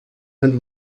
and